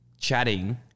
chatting